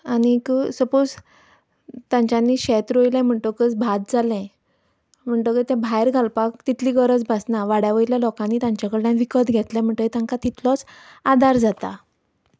आनी सपोज तांच्यानी शेत रोंयलें म्हणटकच भात जालें म्हणटकच तें भायर घालपाक तितली गरज भासना वाड्या वयल्या लोकांनी तांचे कडल्यान विकत घेतलें म्हणटगी तांकां तितलोच आदार जाता